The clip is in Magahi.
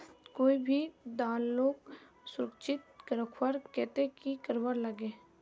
कोई भी दालोक सुरक्षित रखवार केते की करवार लगे?